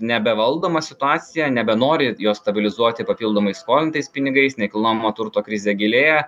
nebevaldoma situacija nebenori jos stabilizuoti papildomai skolintais pinigais nekilnojamo turto krizė gilėja